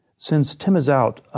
since tim is out, ah